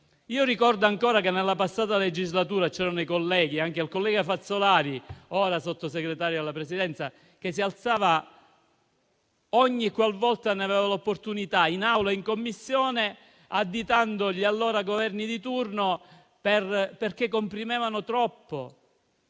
il Parlamento. Nella scorsa legislatura c'era il collega Fazzolari, ora Sottosegretario alla Presidenza, che si alzava ogni qualvolta ne aveva l'opportunità, in Aula e in Commissione, additando gli allora Governi di turno perché comprimevano troppo